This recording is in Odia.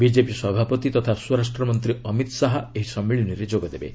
ବିଜେପି ସଭାପତି ତଥା ସ୍ୱରାଷ୍ଟ୍ରମନ୍ତ୍ରୀ ଅମିତ ଶାହା ଏହି ସମ୍ମିଳନୀରେ ଯୋଗଦେବେ